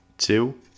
Two